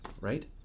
right